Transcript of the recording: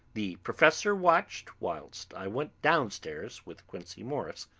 the professor watched whilst i went downstairs with quincey morris,